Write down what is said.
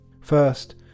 First